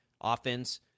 offense